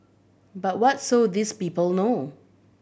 but what so these people know